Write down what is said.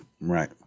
Right